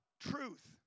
truth